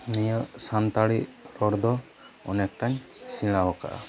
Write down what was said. ᱱᱤᱭᱟᱹ ᱥᱟᱱᱛᱟᱲᱤ ᱨᱚᱲᱫᱚ ᱚᱱᱮᱠᱴᱟᱧ ᱥᱮᱬᱟ ᱟᱠᱟᱫᱟ